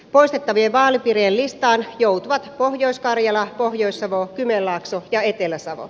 poistettavien vaalipiirien listaan joutuvat pohjois karjala pohjois savo kymenlaakso ja etelä savo